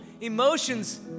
emotions